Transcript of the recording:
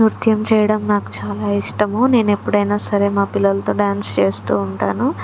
నృత్యం చేయడం నాకు చాలా ఇష్టము నేను ఎప్పుడైనా సరే నా పిల్లలతో డ్యాన్స్ చేస్తు ఉంటాను